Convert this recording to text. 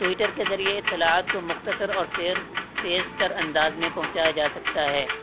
Twitter کے ذریعے اطلاعات کو مختصر اور تیز تر انداز میں پہنچایا جا سکتا ہے